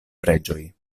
preĝoj